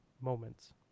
moments